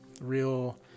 real